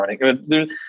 running